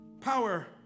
Power